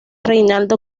reinaldo